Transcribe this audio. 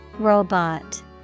Robot